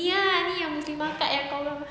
ni ah ni yang muslimah cut yang tolong